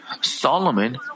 Solomon